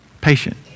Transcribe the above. patient